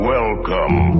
Welcome